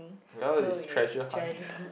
well is treasure hunt